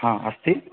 हा अस्ति